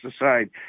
aside